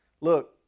look